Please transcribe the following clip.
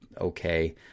okay